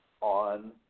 on